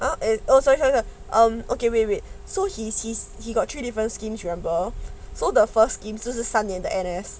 !huh! um sorry sorry sorry oh okay wait wait so he's he's he got three different schemes remember so the first scheme 就是三年的 N_S